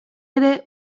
ere